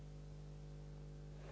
Hvala.